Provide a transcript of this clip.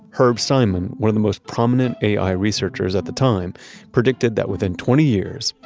herb simon, one of the most prominent ai researchers at the time predicted that within twenty years,